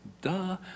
Duh